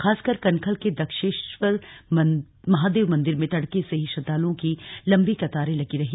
खासकर कनखल के दक्षेश्वर महादेव मंदिर में तड़के से ही श्रद्वालुओं की लम्बी कतारें लगी रही